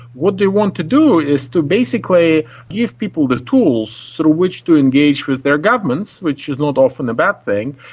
what they want to do is to basically give people the tools through sort of which to engage with their governments, which is not often a bad thing,